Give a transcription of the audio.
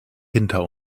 hinter